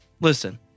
listen